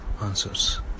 answers